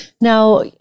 Now